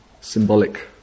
symbolic